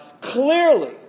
Clearly